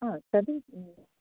ह तर्हि